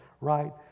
right